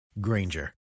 granger